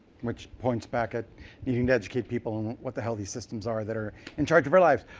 which points back at you can educate people on what the hell these systems are that are in charge of our lives.